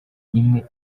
imwe